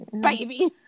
baby